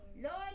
Lord